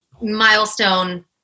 milestone